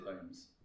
homes